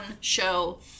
show